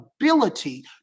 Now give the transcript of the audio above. ability